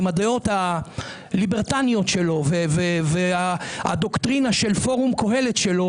עם הדעות הליברטריאניות שלו והדוקטרינה של פורום קהלת שלו,